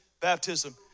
baptism